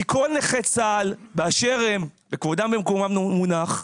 כי כל נכי צה"ל באשר הם, וכבודם במקומם מונח,